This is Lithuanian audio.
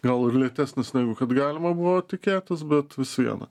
gal ir lėtesnis negu kad galima buvo tikėtis bet vis viena